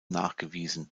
nachgewiesen